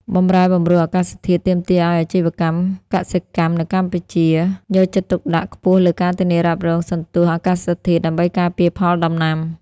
បម្រែបម្រួលអាកាសធាតុទាមទារឱ្យអាជីវកម្មកសិកម្មនៅកម្ពុជា យកចិត្តទុកដាក់ខ្ពស់លើការធានារ៉ាប់រងសន្ទស្សន៍អាកាសធាតុ ដើម្បីការពារផលដំណាំ។